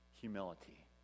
humility